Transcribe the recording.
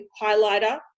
highlighter